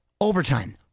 overtime